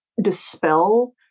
dispel